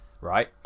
Right